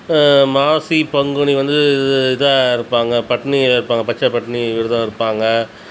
மாசி பங்குனி வந்து இது இதாக இருப்பாங்க பட்னியாக இருப்பாங்க பச்சைப் பட்னி விரதம் இருப்பாங்க